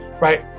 Right